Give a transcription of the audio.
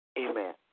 amen